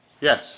Yes